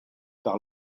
par